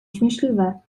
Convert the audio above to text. śmieszliwe